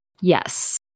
Yes